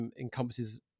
encompasses